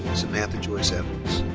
samantha joyce evans.